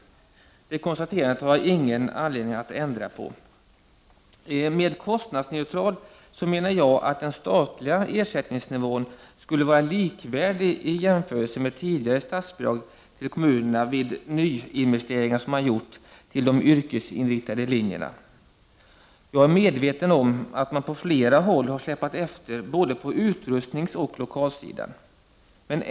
Det konstaterandet har jag ingen anledning att ändra på. Med ”kostnadsneutral” menar jag att den statliga ersättningsnivån skulle vara likvärdig i jämförelse med tidigare statsbidrag till kommunerna för nyinvesteringar som gjorts till de yrkesinriktade linjerna. Jag är medveten om att det är många som har släpat efter både på utrustningsoch på lokalsidan.